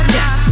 Yes